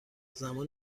زمان